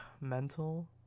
mental